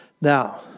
Now